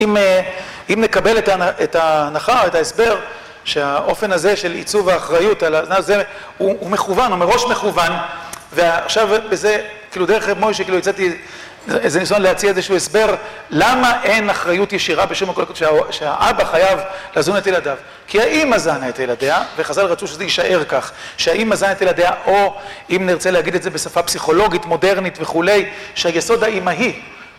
אם נקבל את ההנחה או את ההסבר שהאופן הזה של עיצוב האחריות על הזנה זה, הוא מכוון, הוא מראש מכוון ועכשיו בזה כאילו דרך רב' מוישה כאילו הצאתי איזה ניסיון להציע איזשהו הסבר למה אין אחריות ישירה בשום מקור שהאבא חייב לזון את ילדיו. כי האמא זנה את הילדיה וחזל רצו שזה יישאר כך שהאמא זנה את הילדיה או אם נרצה להגיד את זה בשפה פסיכולוגית מודרנית וכולי שהיסוד האמהי